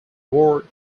war